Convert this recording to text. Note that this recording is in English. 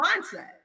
mindset